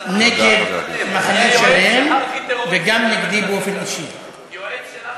נגד מחנה שלם, יועץ של ארכי-טרוריסט.